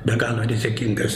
be galo rizikingas